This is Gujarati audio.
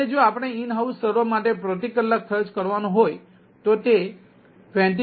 હવે જો આપણા ઈન હાઉસ સર્વર માટે પ્રતિ કલાક ખર્ચ કરવાનો હોય તો તે 22